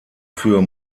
für